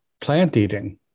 plant-eating